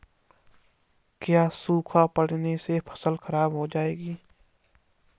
क्या सूखा पड़ने से फसल खराब हो जाएगी?